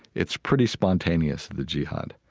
it's pretty spontaneous, the jihad.